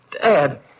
Dad